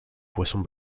poissons